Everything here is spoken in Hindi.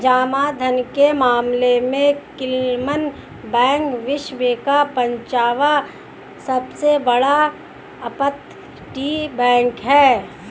जमा धन के मामले में क्लमन बैंक विश्व का पांचवा सबसे बड़ा अपतटीय बैंक है